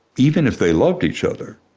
even if they loved each other,